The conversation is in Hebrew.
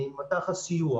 מט"ח הסיוע